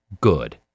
good